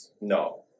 no